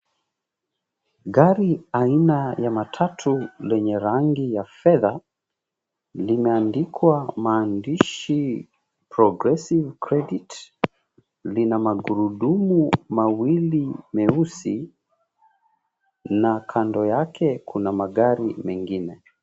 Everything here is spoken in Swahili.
Gari aina ya matatu, lenye rangi ya fedha. Limeandikwa maandishi; "Progressive Credit". Lina magurudumu mawili meusi, na kando yake kuna magari mengine.